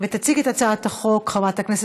והיא תוחזר לדיון בוועדת העבודה, הרווחה והבריאות.